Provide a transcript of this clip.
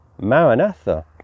maranatha